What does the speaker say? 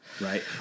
right